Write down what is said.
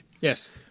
Yes